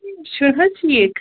چھُس نہ ٹھیٖک